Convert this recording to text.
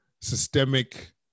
systemic